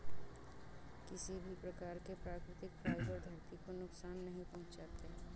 किसी भी प्रकार के प्राकृतिक फ़ाइबर धरती को नुकसान नहीं पहुंचाते